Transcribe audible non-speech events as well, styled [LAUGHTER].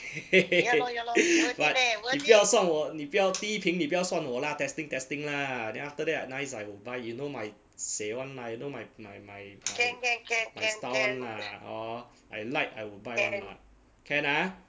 [LAUGHS] but 你不要算我你不要批评你不要算我 lah testing testing lah then after that nice I will buy you know my seh [one] lah you know my my my my style [one] lah hor I like I would buy [one] ah can ah